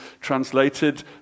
translated